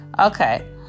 Okay